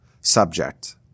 subject